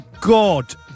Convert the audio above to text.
God